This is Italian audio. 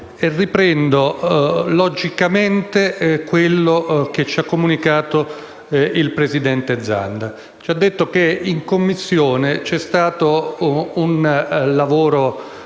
riprendo logicamente quello che ci ha comunicato il presidente Zanda. Egli ci ha detto che in Commissione è stato svolto